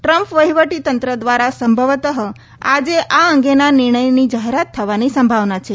Trump વહીવટી તંત્ર ધ્વારા સંભવતઃ આજે આ અંગેના નિર્ણયની જાહેરાત થવાની સંભાવના છે